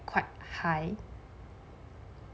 quite high